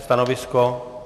Stanovisko?